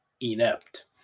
inept